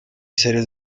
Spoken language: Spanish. series